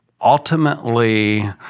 ultimately